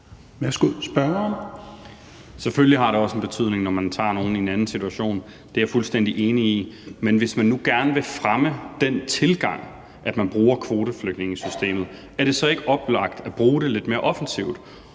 Selvfølgelig har det også en betydning, når man tager nogle i en anden situation. Det er jeg fuldstændig enig i. Men hvis man nu gerne vil fremme den tilgang, at man bruger kvoteflygtningesystemet, er det så ikke oplagt at bruge det lidt mere offensivt,